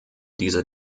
dieser